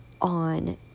on